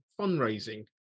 fundraising